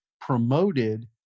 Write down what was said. promoted